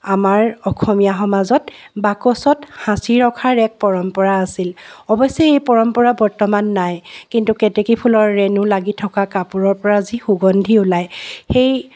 আমাৰ অসমীয়া সমাজত বাকচত সাচি ৰখাৰ এক পৰম্পৰা আছিল অৱশ্যে এই পৰম্পৰা বৰ্তমান নাই কিন্তু কেতেকী ফুলৰ ৰেণু লাগি থকা কাপোৰৰ পৰা যি সুগন্ধি ওলায় সেই